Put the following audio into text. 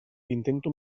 intento